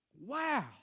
Wow